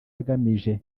agamije